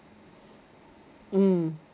mm